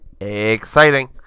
Exciting